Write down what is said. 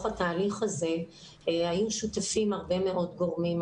התהליך הזה היו שותפים הרבה מאוד גורמים.